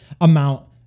amount